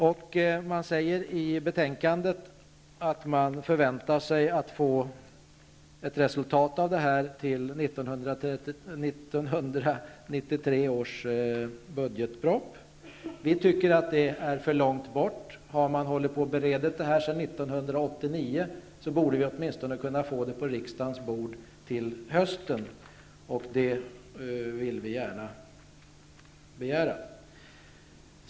I betänkandet sägs det att man förväntar sig ett resultat till 1993 års budgetproposition. Vi tycker att det ligger för långt fram i tiden. Har det här beretts sedan 1989, borde vi kunna få ett förslag på riksdagens bord åtminstone till hösten. Det är något som vi gärna begär.